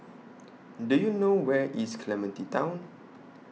Do YOU know Where IS Clementi Town